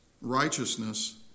righteousness